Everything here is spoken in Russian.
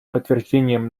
подтверждением